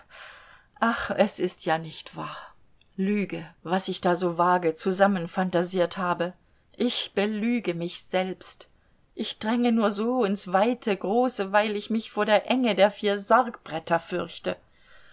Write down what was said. ach es ist ja nicht wahr lüge was ich da so vage zusammenphantasiert habe ich belüge mich selbst ich dränge nur so in's weite große weil ich mich vor der enge der vier sargbretter fürchte